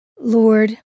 Lord